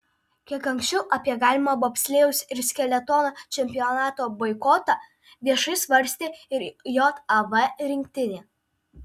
kiek anksčiau apie galimą bobslėjaus ir skeletono čempionato boikotą viešai svarstė ir jav rinktinė